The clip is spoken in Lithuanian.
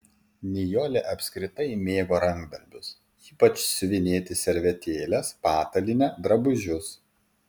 nijolė apskritai mėgo rankdarbius ypač siuvinėti servetėles patalynę drabužius